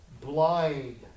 blind